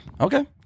Okay